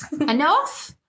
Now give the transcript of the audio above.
Enough